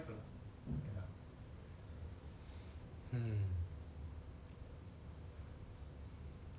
hmm